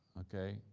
okay,